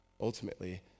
ultimately